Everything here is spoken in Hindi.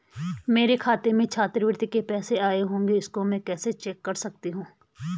मेरे खाते में छात्रवृत्ति के पैसे आए होंगे इसको मैं कैसे चेक कर सकती हूँ?